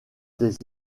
des